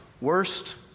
worst